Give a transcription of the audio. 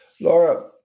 Laura